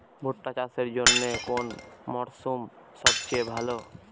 ভুট্টা চাষের জন্যে কোন মরশুম সবচেয়ে ভালো?